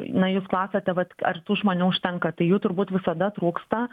na jūs klausėte vat ar tų žmonių užtenka tai jų turbūt visada trūksta